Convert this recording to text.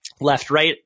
left-right